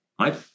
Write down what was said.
Right